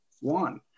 one